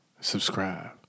Subscribe